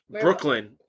brooklyn